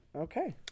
Okay